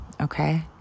okay